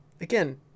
again